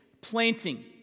planting